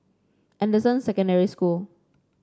Anderson Secondary School